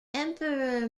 emperor